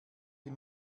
die